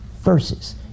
Versus